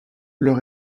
leur